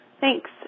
Thanks